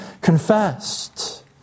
confessed